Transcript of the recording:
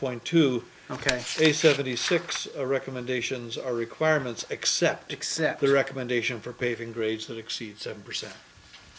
point two ok a seventy six recommendations are requirements except except the recommendation for paving grades that exceed seven percent